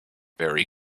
very